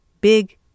big